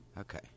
Okay